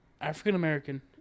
African-American